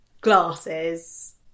glasses